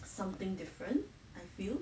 something different I feel